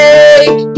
Take